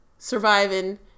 surviving